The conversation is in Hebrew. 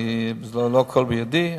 לא הכול בידי,